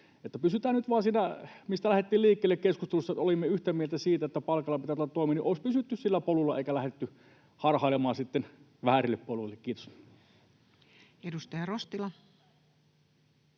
Pysytään nyt vaan siinä, mistä lähdettiin liikkeelle keskustelussa. Olimme yhtä mieltä siitä, että palkalla pitää tulla toimeen. Oltaisiin pysytty sillä polulla, eikä lähdetty harhailemaan sitten väärille poluille. — Kiitos. [Speech 206]